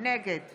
נגד